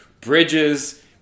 Bridges